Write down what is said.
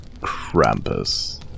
Krampus